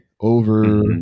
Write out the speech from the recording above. over